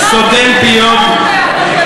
"סותם פיות".